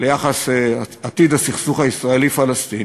ליחס עתיד הסכסוך הישראלי פלסטיני,